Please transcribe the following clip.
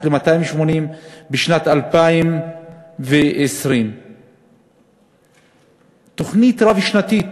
ל-280 בשנת 2020. תוכנית רב-שנתית,